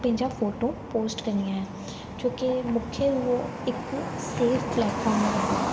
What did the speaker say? पंहिंजा photo post कंदी आहियां छोकी मूंखे उओ हिक सेफ प्लैटफॉम लॻंदो आहे